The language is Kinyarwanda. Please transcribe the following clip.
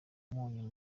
umunyu